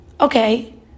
okay